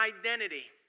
identity